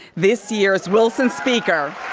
this year's wilson speaker